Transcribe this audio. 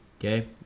Okay